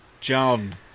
John